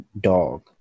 dog